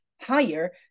higher